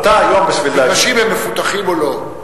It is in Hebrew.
המגרשים מפותחים, או לא?